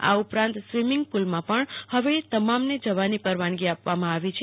આ ઉપરાંત સ્વિમિંગ પુલમાં પણ હવે તમામને જવાની પરવાનગી આપવામાં આવી છે